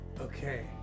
Okay